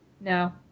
No